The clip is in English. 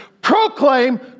proclaim